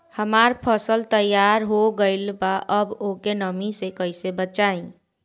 हमार फसल तैयार हो गएल बा अब ओके नमी से कइसे बचाई?